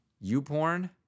U-Porn